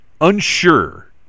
unsure